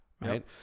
right